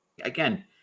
again